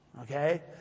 Okay